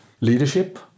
leadership